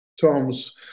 Tom's